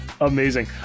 amazing